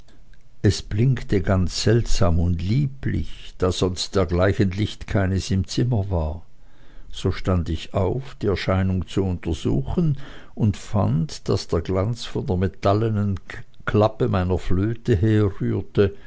es blinkte ganz seltsam und lieblich da sonst dergleichen licht keines im zimmer war so stand ich auf die erscheinung zu untersuchen und fand daß der glanz von der metallenen klappe meiner flöte herrührte